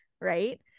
right